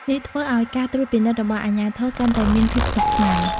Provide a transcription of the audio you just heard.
នេះធ្វើឱ្យការត្រួតពិនិត្យរបស់អាជ្ញាធរកាន់តែមានភាពស្មុគស្មាញ។